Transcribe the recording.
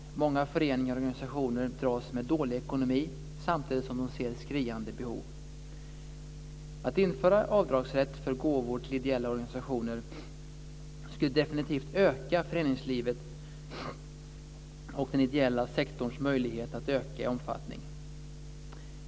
Många föreningar och organisationer dras med dålig ekonomi samtidigt som de ser ett skriande behov. Att införa avdragsrätt för gåvor till ideella organisationer skulle definitivt öka föreningslivets och den ideella sektorns möjlighet att öka i omfattning.